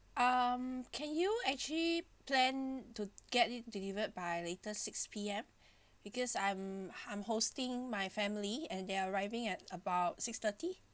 um can you actually plan to get it delivered by later six P_M because I'm I'm hosting my family and they are arriving at about six thirty